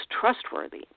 trustworthy